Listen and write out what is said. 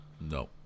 No